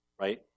right